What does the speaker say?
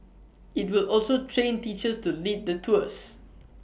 IT will also train teachers to lead the tours